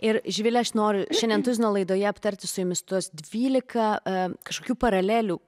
ir živile aš noriu šiandien tuzino laidoje aptarti su jumis tuos dvylika kažkokių paralelių